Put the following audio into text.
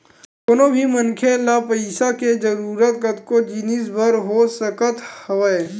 कोनो भी मनखे ल पइसा के जरुरत कतको जिनिस बर हो सकत हवय